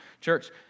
Church